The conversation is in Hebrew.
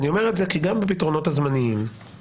אני אומר את זה כי גם בפתרונות הזמניים ובוודאי